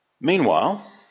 Meanwhile